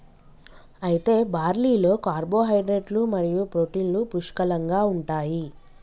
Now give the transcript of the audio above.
అయితే బార్లీలో కార్పోహైడ్రేట్లు మరియు ప్రోటీన్లు పుష్కలంగా ఉంటాయి